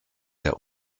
der